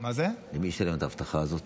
ומי ישלם על האבטחה הזאת